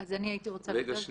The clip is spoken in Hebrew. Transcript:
--- אז אני הייתי רוצה לדבר,